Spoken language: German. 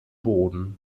boden